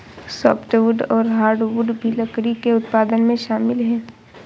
softwood और hardwood भी लकड़ी के उत्पादन में शामिल है